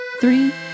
three